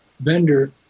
vendor